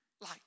light